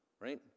right